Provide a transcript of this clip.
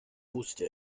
wusste